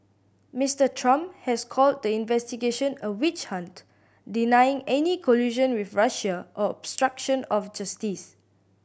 Mister Trump has called the investigation a witch hunt denying any collusion with Russia or obstruction of justice